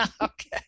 Okay